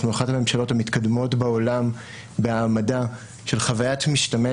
אנחנו אחת הממשלות המתקדמות בעולם בהעמדה של חוויית משתמש